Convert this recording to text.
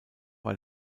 war